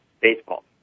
baseball